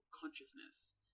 consciousness